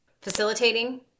facilitating